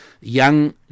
young